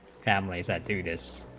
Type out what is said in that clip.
family said do this